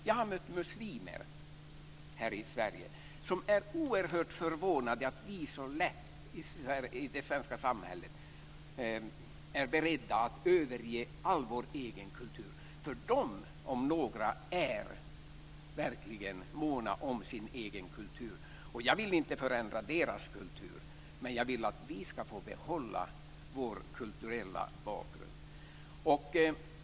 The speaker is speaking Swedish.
Jag har mött muslimer här i Sverige som är oerhört förvånade över att vi i det svenska samhället så lätt är beredda att överge all vår egen kultur, därför att de om några är verkligen måna om sin egen kultur. Jag vill inte förändra deras kultur, men jag vill att vi ska få behålla vår kulturella bakgrund.